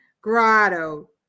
Grotto